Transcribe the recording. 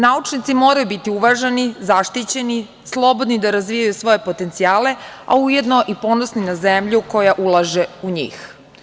Naučnici moraju biti uvaženi, zaštićeni, slobodni da razvijaju svoje potencijale, a ujedno ponosni na zemlju koja ulaže u njih.